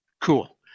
Cool